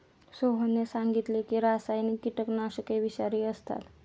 सोहनने सांगितले की रासायनिक कीटकनाशके विषारी असतात